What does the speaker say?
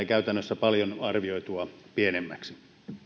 käytännössä paljon arvioitua pienemmäksi